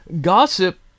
gossip